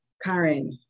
Karen